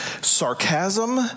sarcasm